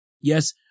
Yes